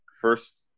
first